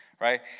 Right